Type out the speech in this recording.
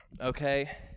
okay